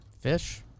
Fish